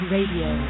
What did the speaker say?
Radio